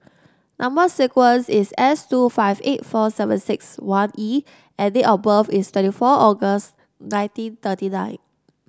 number sequence is S two five eight four seven six one E and date of birth is twenty four August nineteen thirty nine